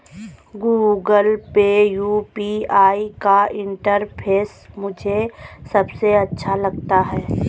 Google Pay UPI का interface मुझे सबसे अच्छा लगता है